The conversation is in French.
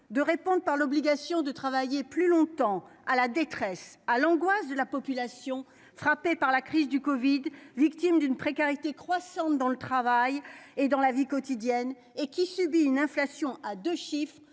de répondre par l'obligation de travailler plus longtemps à la détresse à l'angoisse de la population frappée par la crise du Covid, victime d'une précarité croissante dans le travail et dans la vie quotidienne et qui subit une inflation à 2 chiffres